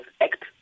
Act